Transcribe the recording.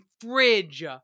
fridge